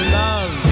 love